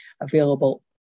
available